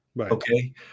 okay